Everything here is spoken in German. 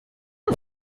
ein